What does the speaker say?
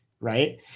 Right